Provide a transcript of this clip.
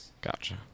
Gotcha